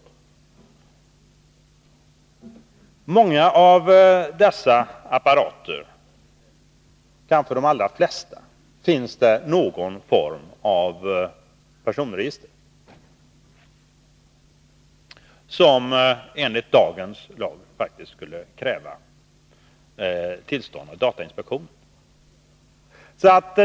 För många av dessa apparater — kanske de allra flesta — finns det någon form av personregister, som enligt dagens lag faktiskt skulle kräva tillstånd av datainspektionen.